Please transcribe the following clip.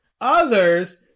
Others